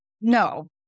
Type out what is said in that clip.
No